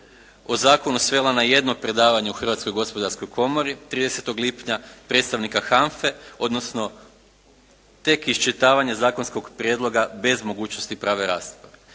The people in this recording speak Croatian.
o zakonu svela na jedno predavanje u Hrvatskoj gospodarskoj komori, 30. lipnja predstavnika HANF-e odnosno tek iščitavanje zakonskog prijedloga bez mogućnosti prave rasprave.